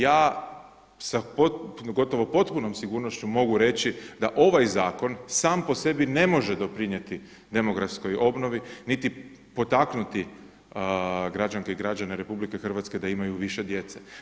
Ja sa gotovo potpunom sigurnošću mogu reći da ovaj zakon sam po sebi ne može doprinijeti demografskoj obnovi niti potaknuti građanke i građane Republike Hrvatske da imaju više djece.